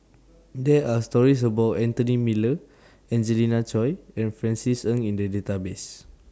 There Are stories about Anthony Miller Angelina Choy and Francis Ng in The Database